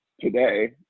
today